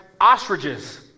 Ostriches